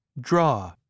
draw